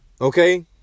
Okay